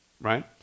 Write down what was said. right